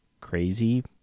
crazy